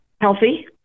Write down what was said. healthy